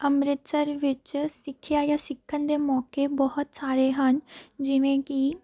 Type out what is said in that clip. ਅੰਮ੍ਰਿਤਸਰ ਵਿੱਚ ਸਿੱਖਿਆ ਜਾਂ ਸਿੱਖਣ ਦੇ ਮੌਕੇ ਬਹੁਤ ਸਾਰੇ ਹਨ ਜਿਵੇਂ ਕਿ